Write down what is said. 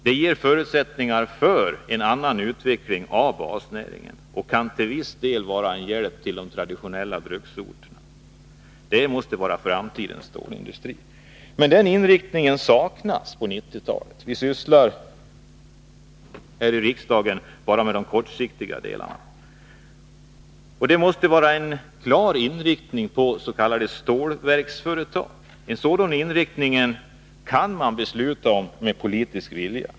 Det ger förutsättningar för en annan utveckling av basnäringen och kan till viss del vara en hjälp till de traditionella bruksorterna. Det måste vara framtidens stålindustri. Men den inriktningen saknas för 1990-talet. Vi sysslar här i riksdagen bara med de kortsiktiga uppgifterna. Det måste vara en klar inriktning på s.k. stålverksföretag. En sådan inriktning kan man besluta om med politisk vilja.